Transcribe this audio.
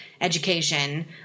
education